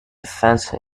defense